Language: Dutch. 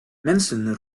mensen